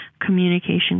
communication